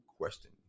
question